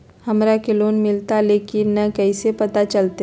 हमरा के लोन मिलता ले की न कैसे पता चलते?